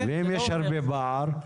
ואם יש הרבה פער.